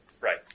Right